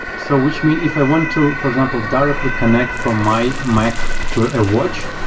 so which mean if i want to, for example, directly connect from my mac to a watch,